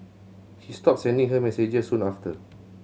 he stopped sending her messages soon after